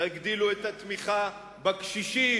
תגדילו את התמיכה בקשישים.